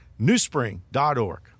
newspring.org